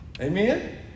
Amen